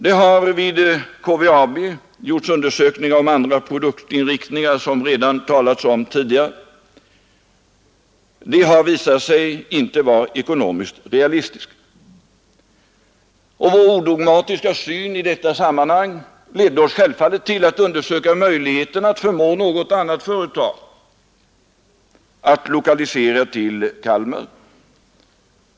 Det har vid KVAB gjorts undersökningar om andra produktionsinriktningar — det har nämnts tidigare — men dessa har visat sig inte vara ekonomiskt realistiska. Vår odogmatiska syn i detta sammanhang ledde oss självfallet till att undersöka möjligheten att förmå något annat företag att lokalisera till Kalmar.